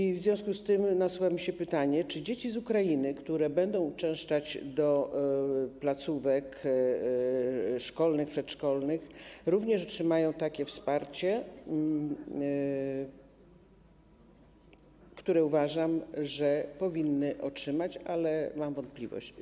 I w związku z tym nasuwa mi się pytanie, czy dzieci z Ukrainy, które będą uczęszczać do placówek szkolnych i przedszkolnych, również otrzymają takie wsparcie - które, uważam, powinny otrzymać, ale mam wątpliwość.